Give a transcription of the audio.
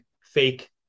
fake